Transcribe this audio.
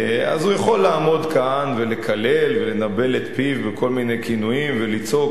הוא יכול לעמוד כאן ולקלל ולנבל את פיו בכל מיני כינויים ולצעוק,